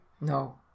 No